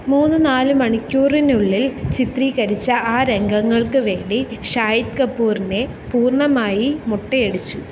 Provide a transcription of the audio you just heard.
മൂന്ന് നാല് മണിക്കൂറിനുള്ളിൽ ചിത്രീകരിച്ച ആ രംഗങ്ങൾക്ക് വേണ്ടി ഷാഹിദ് കപൂറിനെ പൂർണ്ണമായി മൊട്ടയടിച്ചു